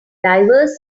diverse